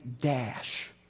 dash